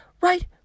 right